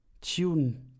tune